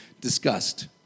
discussed